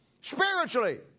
spiritually